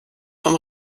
vom